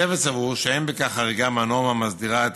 הצוות סבור שאין בכך חריגה מהנורמה המסדירה את